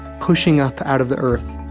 pushing up out of the earth,